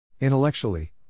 Intellectually